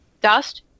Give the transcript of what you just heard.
Dust